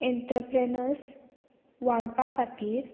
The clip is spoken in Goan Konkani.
एन्ट्रप्रेनस वाडपा खातीर